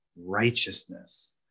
righteousness